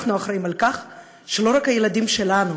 אנחנו אחראים לכך שלא רק הילדים שלנו,